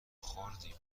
خوردیم